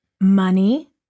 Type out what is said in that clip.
money